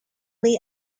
their